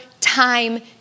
time